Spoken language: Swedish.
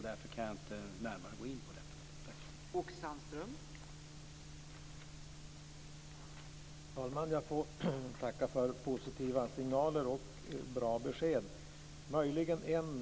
Därför kan jag inte här närmare gå in på detta.